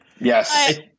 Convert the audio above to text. Yes